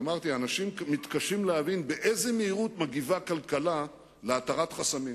ואמרתי: אנשים מתקשים להבין באיזו מהירות כלכלה מגיבה על התרת חסמים,